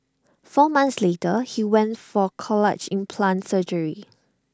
four months later he went for cochlear implant surgery